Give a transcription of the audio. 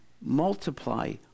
multiply